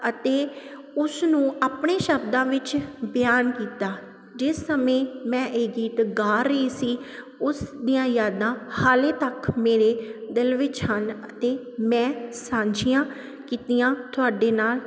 ਅਤੇ ਉਸ ਨੂੰ ਆਪਣੇ ਸ਼ਬਦਾਂ ਵਿੱਚ ਬਿਆਨ ਕੀਤਾ ਜਿਸ ਸਮੇਂ ਮੈਂ ਇਹ ਗੀਤ ਗਾ ਰਹੀ ਸੀ ਉਸ ਦੀਆਂ ਯਾਦਾਂ ਹਾਲੇ ਤੱਕ ਮੇਰੇ ਦਿਲ ਵਿੱਚ ਹਨ ਅਤੇ ਮੈਂ ਸਾਂਝੀਆਂ ਕੀਤੀਆਂ ਤੁਹਾਡੇ ਨਾਲ